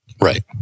Right